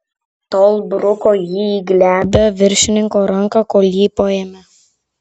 tol bruko jį į glebią viršininko ranką kol jį paėmė